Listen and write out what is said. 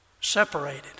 separated